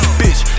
bitch